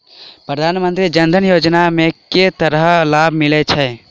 प्रधानमंत्री जनधन योजना मे केँ तरहक लाभ मिलय छै?